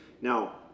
now